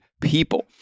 people